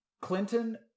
clinton